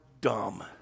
dumb